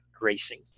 racing